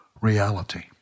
reality